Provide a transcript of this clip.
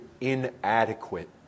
inadequate